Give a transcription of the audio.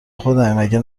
خودمی، مگه